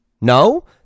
no